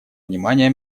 внимания